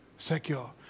Secure